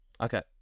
Okay